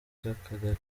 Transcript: by’akagari